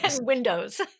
windows